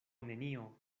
nenio